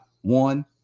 one